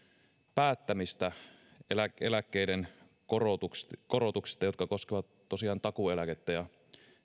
päättämistä eläkkeiden korotuksista korotuksista jotka koskevat tosiaan takuueläkettä ja